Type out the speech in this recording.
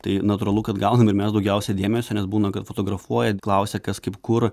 tai natūralu kad gaunam ir mes daugiausia dėmesio nes būna kad fotografuoja klausia kas kaip kur